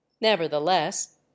nevertheless